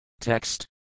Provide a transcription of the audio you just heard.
Text